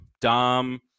dom